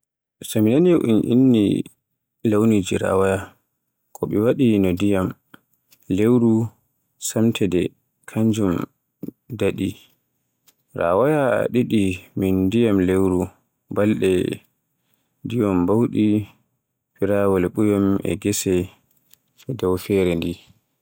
So mi nani un inni launiji rawaaya, ko ɓe waɗi no ndiyam, lewru, semteende, kañum, daɗi. Rawaaya ɗaɗi min ndiyam lewru balɗe, dewon bawdi, firawol buyum e gese e dow feere ndi.